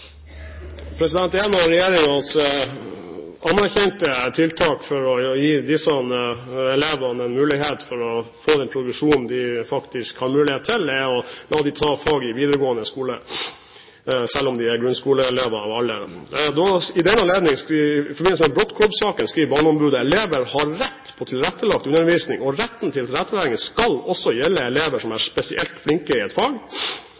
av regjeringens anerkjente tiltak for å gi disse elevene en mulighet for å få den progresjonen de faktisk har mulighet til, er å la dem ta fag i videregående skole selv om de er grunnskoleelever. I forbindelse med Brodtkorb-saken skriver Barneombudet at «elever har rett på tilrettelagt undervisning, og retten til tilrettelegging skal også gjelde elever som er spesielt flinke i et fag.